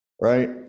Right